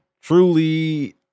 truly